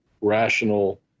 rational